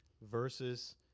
versus